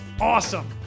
awesome